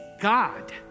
God